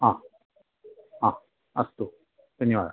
हा हा अस्तु धन्यवादः